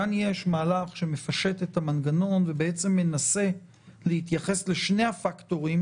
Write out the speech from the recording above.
כאן יש מהלך שמפשט את המנגנון ומנסה להתייחס לשני הפקטורים